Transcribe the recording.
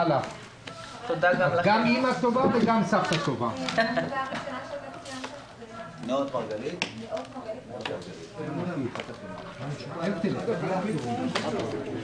הישיבה ננעלה בשעה 14:00.